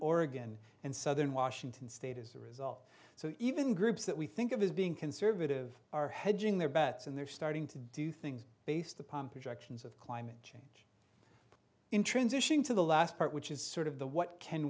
oregon and southern washington state as a result so even groups that we think of as being conservative are hedging their bets and they're starting to do things based upon projections of climate change in transitioning to the last part which is sort of the what can